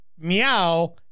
meow